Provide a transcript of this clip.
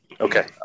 Okay